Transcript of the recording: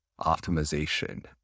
optimization